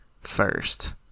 first